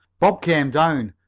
bob came down,